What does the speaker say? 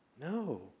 No